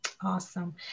Awesome